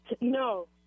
no